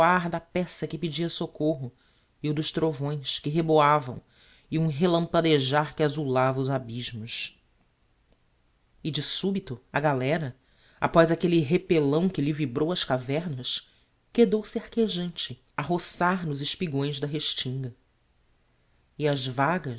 troar da peça que pedia soccorro e o dos trovões que reboavam e um relampadejar que azulava os abysmos e de subito a galera após aquelle repellão que lhe vibrou as cavernas quedou-se arquejante a roçar nos espigões da restinga e as vagas